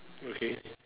okay